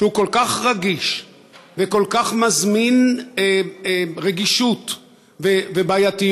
שהוא כל כך רגיש וכל כך מזמין רגישות ובעייתיות,